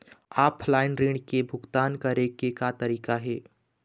Offline ऋण के भुगतान करे के का तरीका हे?